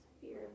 Fear